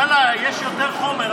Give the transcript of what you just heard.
ואללה יש יותר חומר.